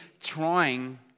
trying